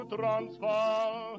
Transvaal